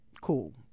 cool